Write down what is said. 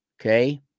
Okay